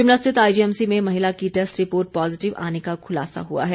शिमला स्थित आईजीएमसी में महिला की टैस्ट रिपोर्ट पॉजिटिव आने का खुलासा हुआ है